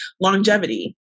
longevity